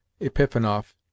Epifanov